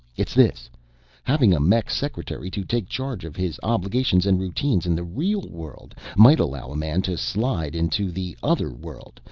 it's this having a mech secretary to take charge of his obligations and routine in the real world might allow a man to slide into the other world,